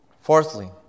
Fourthly